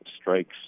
strikes